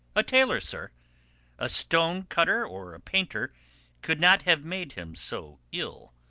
a tailor, sir a stonecutter or a painter could not have made him so ill,